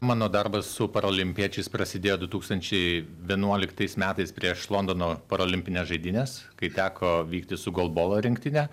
mano darbas su paralimpiečiais prasidėjo du tūkstančiai vienuoliktais metais prieš londono parolimpines žaidynes kai teko vykti su gold bolo rinktine